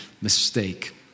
mistake